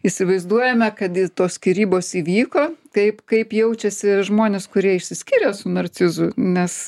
įsivaizduojame kad tos skyrybos įvyko taip kaip jaučiasi žmonės kurie išsiskyrė su narcizu nes